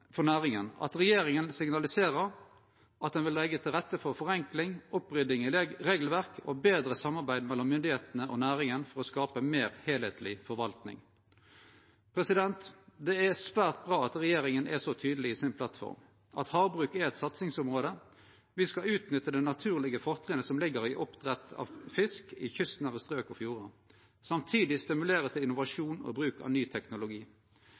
regjeringa signaliserer at dei vil leggje til rette for forenkling, opprydding i regelverk og betre samarbeid mellom myndigheitene og næringa for å skape ei meir heilskapleg forvaltning. Det er svært bra at regjeringa er så tydeleg i plattforma, at havbruk er eit satsingsområde. Me skal utnytte dei naturlege fortrinnet som ligg i oppdrett av fisk i kystnære strøk og fjordar, og samtidig stimulere til innovasjon og bruk av ny teknologi.